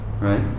Right